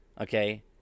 okay